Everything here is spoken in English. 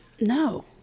no